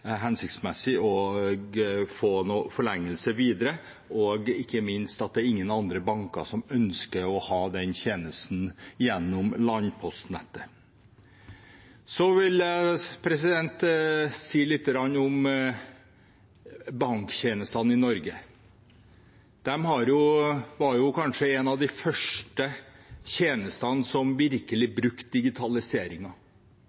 det ikke hensiktsmessig med videre forlengelse, og det er ingen andre banker som ønsker å tilby den tjenesten gjennom landpostnettet. Jeg vil si litt om banktjenestene i Norge. En av de første tjenestene der man virkelig brukte digitalisering, var nettbanken. Den første nettbanken kom i 1996. Det var ikke mange land som